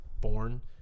born